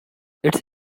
its